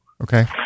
Okay